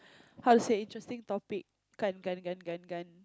how to say interesting topic gun gun gun gun gun